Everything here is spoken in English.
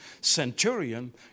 centurion